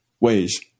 ways